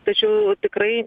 tačiau tikrai